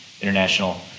international